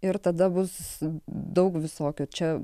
ir tada bus daug visokių čia